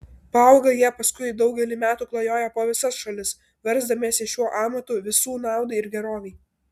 paaugę jie paskui daugelį metų klajoja po visas šalis versdamiesi šiuo amatu visų naudai ir gerovei